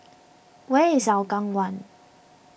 where is Hougang one